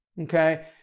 okay